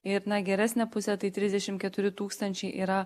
ir na geresnė pusė tai trisdešim keturi tūkstančiai yra